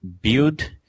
build